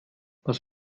was